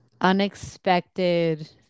Unexpected